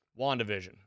WandaVision